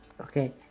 Okay